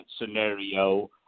scenario